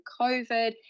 COVID